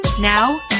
Now